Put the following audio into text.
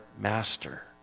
master